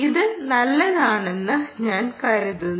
ഇത് നല്ലതാണെന്ന് ഞാൻ കരുതുന്നു